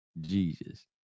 Jesus